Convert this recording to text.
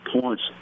points